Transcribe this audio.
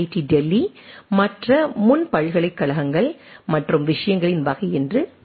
D Delhi மற்ற முன் பல்கலைக்கழகங்கள் மற்றும் விஷயங்களின் வகை என்று கூறுகிறோம்